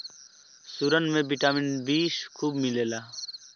सुरन में vitamin B खूब मिलेला